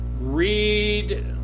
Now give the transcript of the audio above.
Read